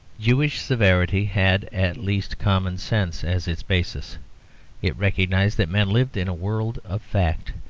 jewish severity had at least common-sense as its basis it recognised that men lived in a world of fact,